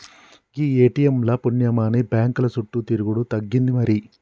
గీ ATM ల పుణ్యమాని బాంకుల సుట్టు తిరుగుడు తగ్గింది మరి